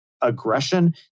aggression